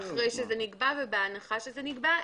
אחרי שזה נקבע ובהנחה שזה נקבע,